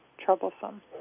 troublesome